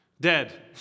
Dead